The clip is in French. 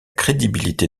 crédibilité